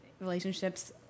relationships